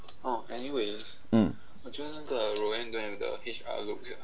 mm